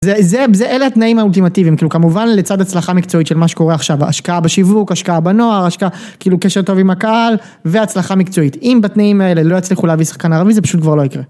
זה אלה התנאים האולטימטיביים, כאילו כמובן לצד הצלחה מקצועית של מה שקורה עכשיו, ההשקעה בשיווק, ההשקעה בנוער, ההשקעה, כאילו קשר טוב עם הקהל והצלחה מקצועית. אם בתנאים האלה לא יצליחו להביא שחקן ערבי זה פשוט כבר לא יקרה.